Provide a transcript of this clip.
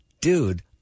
dude